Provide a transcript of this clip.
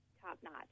top-notch